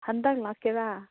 ꯍꯟꯗꯛ ꯂꯥꯛꯀꯦꯔꯥ